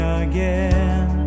again